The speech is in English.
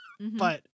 but-